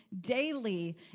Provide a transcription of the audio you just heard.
daily